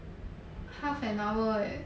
half an hour eh